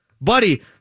Buddy